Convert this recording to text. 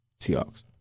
Seahawks